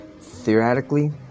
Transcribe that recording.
theoretically